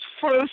first